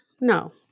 No